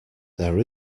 there